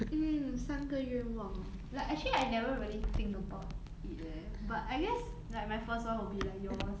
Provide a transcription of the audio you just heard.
mm 三个愿望 ah like actually I never really think about it leh but I guess like my first [one] will be like yours